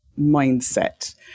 mindset